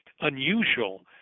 unusual